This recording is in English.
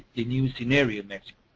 the new scenario in mexico.